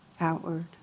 outward